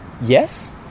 yes